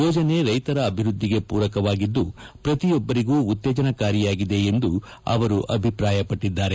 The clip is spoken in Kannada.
ಯೋಜನೆ ರೈತರ ಅಭಿವೃದ್ದಿಗೆ ಪೂರಕವಾಗಿದ್ದು ಪ್ರತಿಯೊಬ್ಬರಿಗೂ ಉತ್ತೇಜನಕಾರಿಯಾಗಿದೆ ಎಂದು ಅಭಿಪ್ರಾಯಪಟ್ಟಿದ್ದಾರೆ